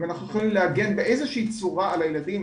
אם אנחנו יכולים להגן באיזושהי צורה על הילדים,